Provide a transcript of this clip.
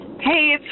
Hey